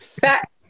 back